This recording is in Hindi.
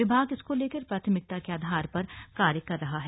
विभाग इसको लेकर प्राथमिकता के आधार पर कार्य कर रहा है